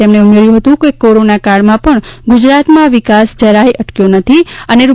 તેમણે ઉમેર્યું હતું કે કોરોના કાળમાં પણ ગુજરાતમાં વિકાસ જરાય અટક્યો નથી અને રૂ